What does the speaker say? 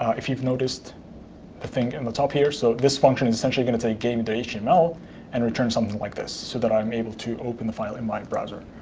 if you've noticed the thing in the top here. so this function is essentially going to say game yeah html and return something like this so that i'm able to open the file in my browser.